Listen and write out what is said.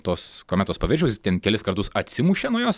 tos kometos paviršiaus jis ten kelis kartus atsimušė nuo jos